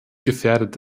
gefährdet